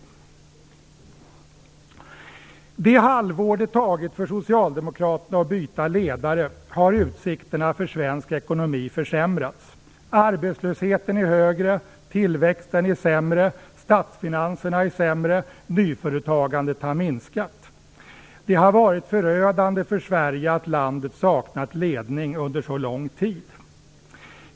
Under det halvår det har tagit för Socialdemokraterna att byta ledare har utsikterna för svensk ekonomi försämrats. Arbetslösheten är högre. Tillväxten är sämre. Statsfinanserna är sämre. Nyföretagandet har minskat. Det har varit förödande för Sverige att landet har saknat ledning under så lång tid.